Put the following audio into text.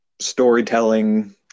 storytelling